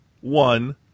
one